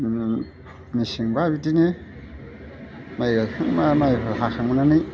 मेसेंब्ला बिदिनो माइ गायखांब्ला माइ हाखांनानै